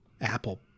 Apple